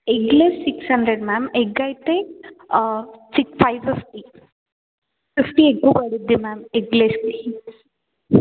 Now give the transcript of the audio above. eggless six hundred ma'am egg అయితే six five వస్తుంది fifty ఎక్కు పడుతుంది మ్యామ్ ఎగ్లెస్కి